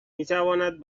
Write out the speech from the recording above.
میتواند